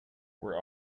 where